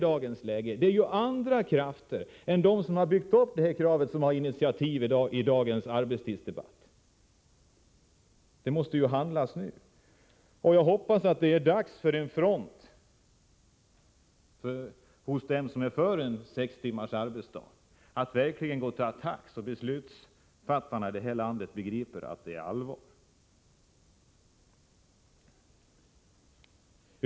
Det är ju andra krafter än de som har byggt upp det här kravet som har initiativet i dagens arbetstidsdebatt. Man måste handla nu. Jag hoppas att det är dags för en front hos dem som är för sex timmars arbetsdag — att verkligen gå till attack, så att beslutsfattarna i detta land begriper att det är allvar.